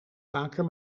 vaker